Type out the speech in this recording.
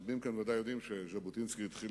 רבים כאן ודאי יודעים שז'בוטינסקי התחיל